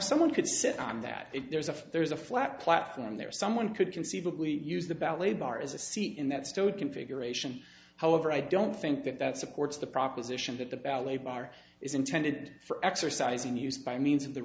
someone could sit on that if there's a there's a flat platform there someone could conceivably use the ballet bar as a seat in that stowed configuration however i don't think that that supports the proposition that the ballet bar is intended for exercising use by means of the